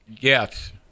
Yes